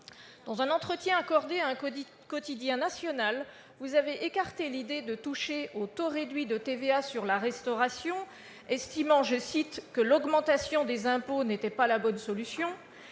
Dans un entretien accordé à un quotidien national, vous avez écarté l'idée de toucher au taux réduit de TVA dans la restauration, estimant « que l'augmentation des impôts n'était pas la bonne solution ».